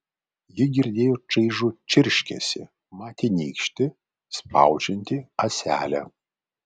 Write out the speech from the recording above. ji girdėjo čaižų čirškesį matė nykštį spaudžiantį ąselę